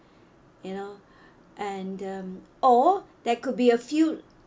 you know and um or there could be a few